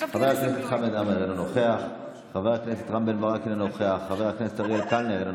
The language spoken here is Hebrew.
חבר הכנסת רון כץ, אינו נוכח, חבר הכנסת חמד עמאר,